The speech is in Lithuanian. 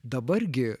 dabar gi